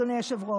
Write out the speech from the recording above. אדוני היושב-ראש,